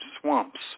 swamps